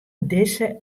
dizze